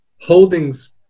Holdings